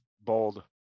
Bold